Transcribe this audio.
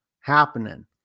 happening